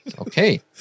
okay